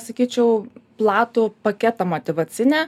sakyčiau platų paketą motyvacinę